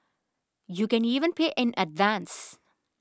you can even pay in advance